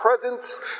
presence